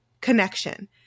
connection